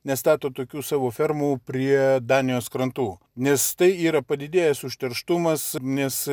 nestato tokių savo fermų prie danijos krantų nes tai yra padidėjęs užterštumas nes